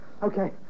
Okay